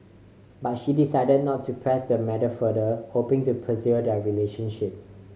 but she decided not to press the matter further hoping to preserve their relationship